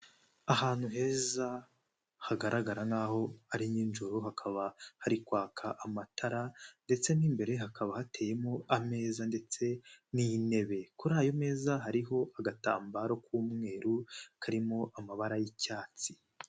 Ahantu heza hagaragara n'aho ari nijoro, hakaba hari kwaka amatara, ndetse mo imbere hakaba hateyemo ameza ndetse n'intebe, kuri ayo meza hariho agatambaro k'umweru, karimo amabara y'icyatsi.